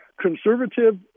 Conservative